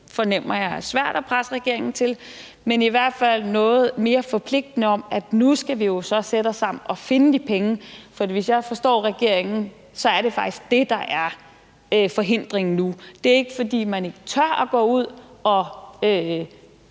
fornemmer jeg er svært at presse regeringen til – men i hvert fald noget mere forpligtende om, at nu skal vi jo så sætte os sammen og finde de penge. For hvis jeg forstår regeringen, er det faktisk det, der er forhindringen nu. Det er ikke, fordi man ikke tør at gå ud og